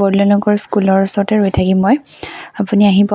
বৰদলৈ নগৰ স্কুলৰ ওচৰতে ৰৈ থাকিম মই আপুনি আহিব